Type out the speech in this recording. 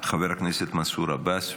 חבר הכנסת מנסור עבאס,